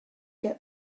get